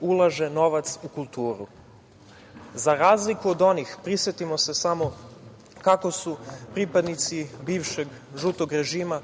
ulaže novac u kulturu, za razliku od onih, prisetimo se samo kako su pripadnici bivšeg žutog režima,